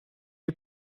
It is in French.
est